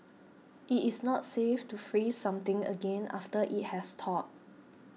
it is not safe to freeze something again after it has thawed